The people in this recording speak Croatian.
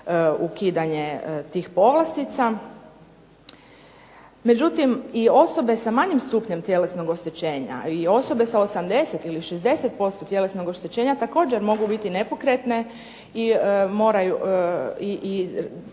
ukidanje tih povlastica, međutim i osobe sa manjim stupnjem tjelesnog oštećenja i osobe sa 80 ili 60% tjelesnog oštećenja također mogu biti nepokretne i da